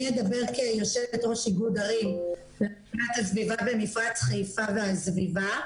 אני אדבר כיושבת ראש איגוד ערים במפרץ חיפה והסביבה.